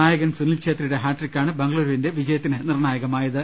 നായകൻ സുനിൽഛേത്രിയുടെ ഹാട്രിക്കാണ് ബംഗളുരുവിന്റെ വിജയത്തിന് നിർണായകമായത്